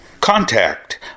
Contact